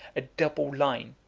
a double line,